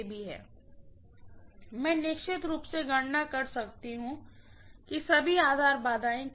फिर मैं निश्चित रूप से गणना कर सकती हूँ कि सभी आधार बाधाएं क्या हैं